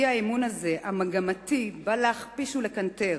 האי-אמון הזה, המגמתי, בא להכפיש ולקנטר,